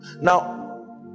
Now